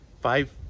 five